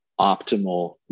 optimal